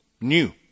new